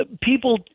people